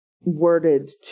worded